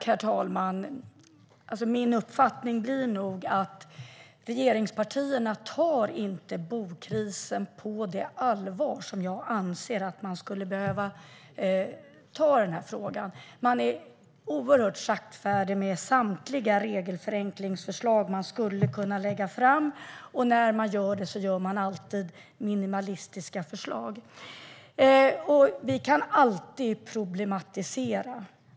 Herr talman! Min uppfattning blir nog att regeringspartierna inte tar bokrisen på det allvar som jag anser att frågan förtjänar. Man är oerhört saktfärdig med samtliga regelförenklingsförslag man skulle kunna lägga fram, och de förslag man lägger fram är alltid minimalistiska. Problematisera kan man alltid göra.